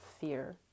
fear